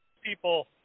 people